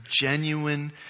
genuine